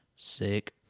Sick